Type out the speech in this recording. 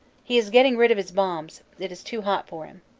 he is getting rid of his bombs it is too hot for him.